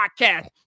podcast